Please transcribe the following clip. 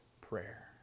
Prayer